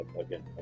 again